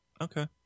Okay